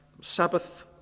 Sabbath